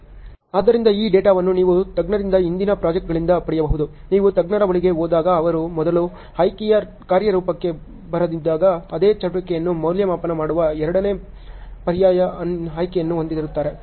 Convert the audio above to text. ಆದ್ದರಿಂದ ಈ ಡೇಟಾವನ್ನು ನೀವು ತಜ್ಞರಿಂದ ಹಿಂದಿನ ಪ್ರಾಜೆಕ್ಟ್ಗಳಿಂದ ಪಡೆಯಬಹುದು ನೀವು ತಜ್ಞರ ಬಳಿಗೆ ಹೋದಾಗ ಅವರು ಮೊದಲ ಆಯ್ಕೆಯು ಕಾರ್ಯರೂಪಕ್ಕೆ ಬರದಿದ್ದಾಗ ಅದೇ ಚಟುವಟಿಕೆಯನ್ನು ಮೌಲ್ಯಮಾಪನ ಮಾಡುವ ಎರಡನೇ ಪರ್ಯಾಯ ಆಯ್ಕೆಯನ್ನು ಹೊಂದಿರುತ್ತಾರೆ